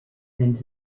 and